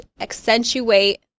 accentuate